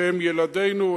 שהם ילדינו,